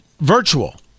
virtual